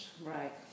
Right